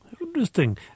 Interesting